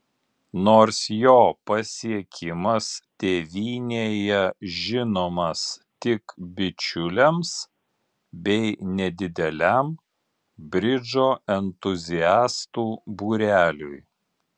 nors jo pasiekimas tėvynėje žinomas tik bičiuliams bei nedideliam bridžo entuziastų būreliui